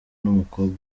n’umukobwa